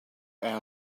our